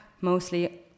mostly